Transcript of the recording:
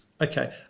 Okay